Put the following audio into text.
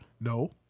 No